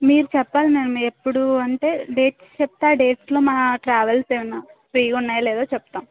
మీరు చెప్పాలి మ్యామ్ ఎప్పుడు అంటే డేట్స్ చెప్తే ఆ డేట్స్ మా ట్రావెల్స్ ఏమైనా ఫ్రీ ఉన్నాయో లేవో చెప్తాము